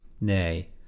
Nay